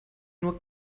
nur